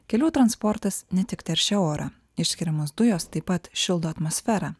kelių transportas ne tik teršia orą išskiriamos dujos taip pat šildo atmosferą